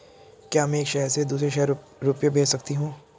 क्या मैं एक शहर से दूसरे शहर रुपये भेज सकती हूँ?